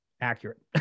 accurate